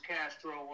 Castro